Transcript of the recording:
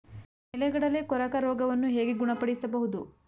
ನೆಲಗಡಲೆ ಕೊರಕ ರೋಗವನ್ನು ಹೇಗೆ ಗುಣಪಡಿಸಬಹುದು?